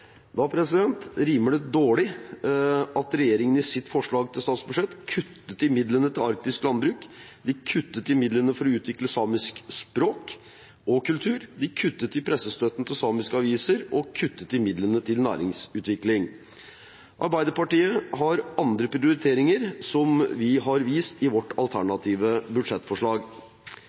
dårlig at regjeringen i sitt forslag til statsbudsjett kuttet i midlene til arktisk landbruk, de kuttet i midlene for å utvikle samisk språk og kultur, de kuttet i pressestøtten til samiske aviser, og de kuttet i midlene til næringsutvikling. Arbeiderpartiet har andre prioriteringer, som vi har vist i vårt alternative budsjettforslag.